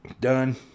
Done